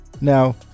now